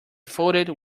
folded